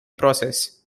process